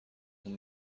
اون